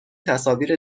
تصاویر